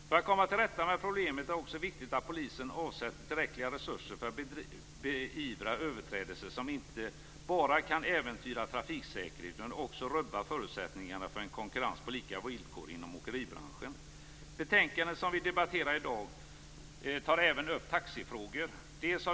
För att komma till rätta med problemet är det också viktigt att polisen avsätter tillräckliga resurser för att beivra överträdelser som inte bara kan äventyra trafiksäkerheten utan också rubba förutsättningarna för en konkurrens på lika villkor inom åkeribranschen. Det betänkande som vi debatterar i dag tar även upp taxifrågor.